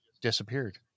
disappeared